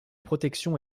protection